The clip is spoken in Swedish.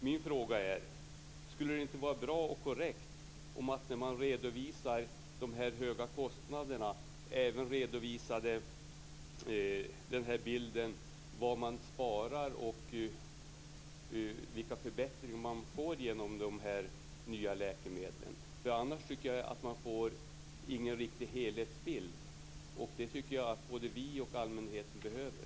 Min fråga är: Skulle det inte vara bra om man när man redovisar de här höga kostnaderna även redovisar vad man sparar och vilka förbättringar man får genom de här nya läkemedlen? Annars tycker jag inte att man får någon riktig helhetsbild. Det tycker jag att både vi och allmänheten behöver.